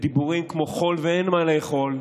דיבורים כמו חול ואין מה לאכול,